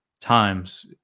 times